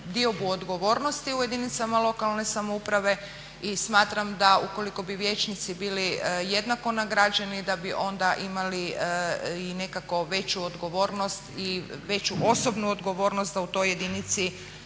diobu odgovornosti u jedinicama lokalne samouprave i smatram da ukoliko bi vijećnici bili jednako nagrađeni da bi onda imali i nekako veću odgovornost i veću osobnu odgovornost da u toj jedinici